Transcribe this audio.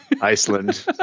Iceland